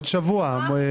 עוד שבוע.